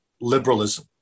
liberalism